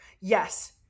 yes